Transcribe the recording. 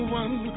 one